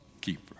keeper